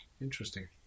Interesting